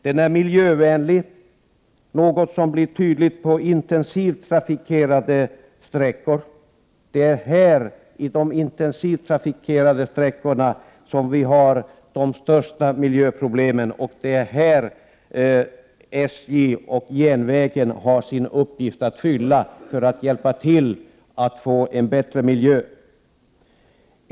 Den är miljövänlig, vilket blir särskilt tydligt på intensivt trafikerade sträckor. Det är ju på de intensivt trafikerade sträckorna som de största miljöproblemen finns. Det är också här som SJ och järnvägen har en uppgift när det gäller att bidra till en bättre miljö.